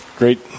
great